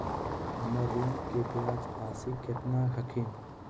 हमर ऋण के ब्याज रासी केतना हखिन?